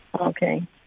Okay